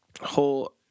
whole